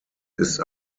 ist